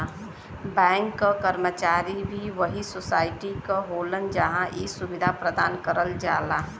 bank क कर्मचारी भी वही सोसाइटी क होलन जहां इ सुविधा प्रदान करल जाला